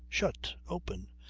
shut open.